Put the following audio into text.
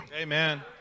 Amen